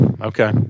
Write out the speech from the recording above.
Okay